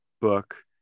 book